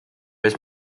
ees